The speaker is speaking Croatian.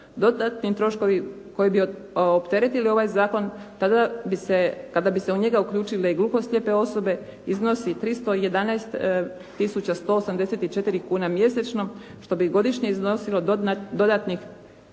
dodatni troškovi koji bi opteretili ovaj zakon tada bi se kada bi se u njega uklkjučile i gluhoslijepe osobe iznosi 311 tisuća 184 kuna mjesečno što bi godišnje iznosilo dodatnih